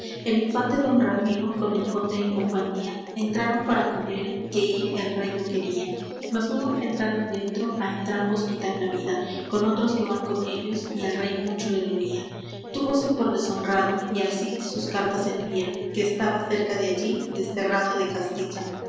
el infante don ramiro con el conde en compañía entraron para comer que ir el rey no quería mas luégo que entraron dentro á entrambos quitan la vida con otros que van con ellos y al rey mucho le dolía túvose por deshonrado y al cid sus cartas envía que estaba cerca de allí desterrado de castilla